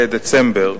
בדצמבר,